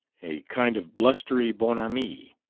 a kind of blustery bonhomie.